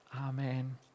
Amen